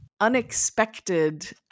unexpected